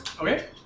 Okay